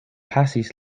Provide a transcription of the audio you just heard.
pasis